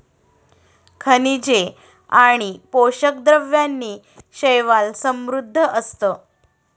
खनिजे आणि पोषक द्रव्यांनी शैवाल समृद्ध असतं